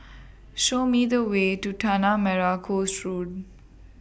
Show Me The Way to Tanah Merah Coast Road